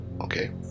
Okay